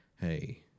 hey